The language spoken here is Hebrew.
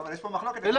אלה